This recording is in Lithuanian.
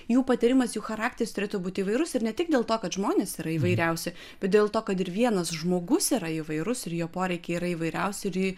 jų patyrimas jų charakteris turėtų būti įvairus ir ne tik dėl to kad žmonės yra įvairiausi bet dėl to kad ir vienas žmogus yra įvairus ir jo poreikiai yra įvairiausi ir jį